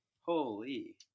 Holy